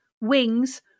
wings